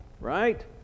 right